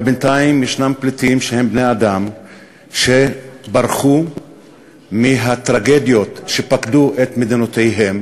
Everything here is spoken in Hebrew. אבל בינתיים יש פליטים שהם בני-אדם שברחו מהטרגדיות שפקדו את מדינותיהם